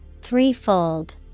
Threefold